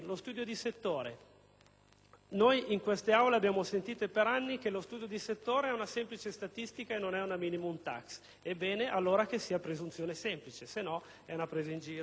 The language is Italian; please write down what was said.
In queste Aule abbiamo sentito per anni che lo studio di settore è una semplice statistica e non è una *minimum* *tax*; allora, è bene che sia una presunzione semplice, altrimenti è una presa in giro.